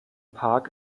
park